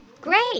Great